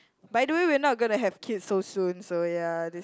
by the way we are not gonna have kids so soon so ya this